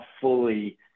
fully